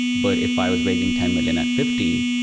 but if i was raising ten million at fifty,